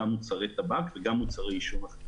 גם מוצרי טבק וגם מוצרי עישון אחרים.